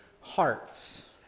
hearts